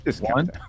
one